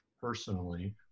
personally